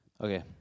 Okay